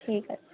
ঠিক আছে